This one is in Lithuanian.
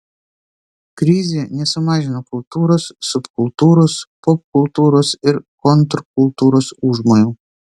krizė nesumažino kultūros subkultūros popkultūros ir kontrkultūros užmojų